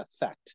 effect